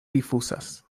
rifuzas